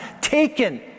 taken